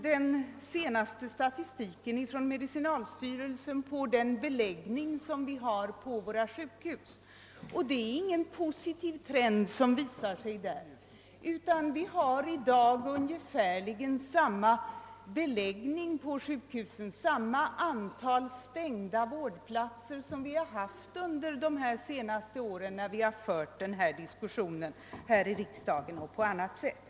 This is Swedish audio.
Den senaste statistiken från medicinalstyrelsen på den beläggning som vi har på våra sjukhus visar ingen positiv trend, utan vi har i dag ungefärligen samma beläggning på sjukhusen, samma antal stängda vårdplatser, som vi har haft under de senaste åren, när vi har fört denna diskussion här i riksdagen och i andra sammanhang.